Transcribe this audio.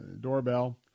doorbell